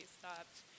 stopped